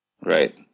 Right